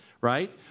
right